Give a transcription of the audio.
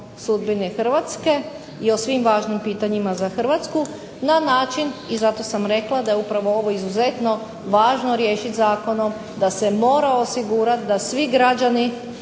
sudbini Hrvatske i o svim važnim pitanjima za Hrvatsku na način, i zato sam rekla da je upravo ovo izuzetno važno riješiti zakonom, da se mora osigurati da svi građani